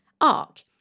ARC